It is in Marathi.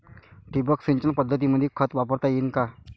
ठिबक सिंचन पद्धतीमंदी खत वापरता येईन का?